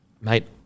Mate